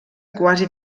quasi